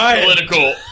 political